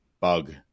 Bug